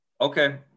Okay